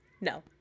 No